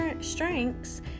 strengths